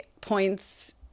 points